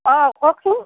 অঁ কওকচোন